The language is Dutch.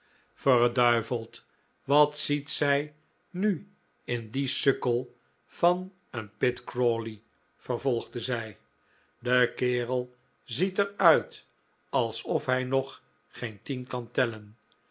wat ziet zij nu in dien sukkel van een pitt crawley vervolgde hij de kerel ziet er uit alsof hij nog geen tien kan tellen